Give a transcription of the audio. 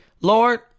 Lord